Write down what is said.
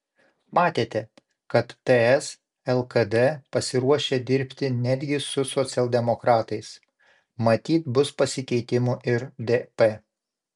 matėte kad ts lkd pasiruošę dirbti netgi su socialdemokratais matyt bus pasikeitimų ir dp